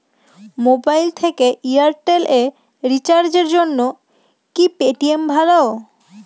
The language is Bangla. মোবাইল থেকে এয়ারটেল এ রিচার্জের জন্য কি পেটিএম ভালো?